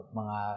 mga